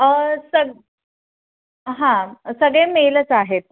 सग हां सगळे मेलच आहेत